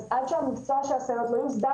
אז עד שהמקצוע של הסייעות לא יוסדר